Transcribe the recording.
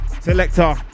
selector